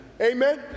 Amen